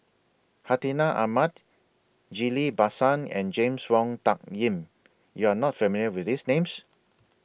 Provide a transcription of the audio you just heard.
Hartinah Ahmad Ghillie BaSan and James Wong Tuck Yim YOU Are not familiar with These Names